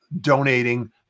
donating